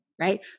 right